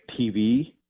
TV